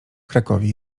krakowie